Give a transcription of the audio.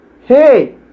Hey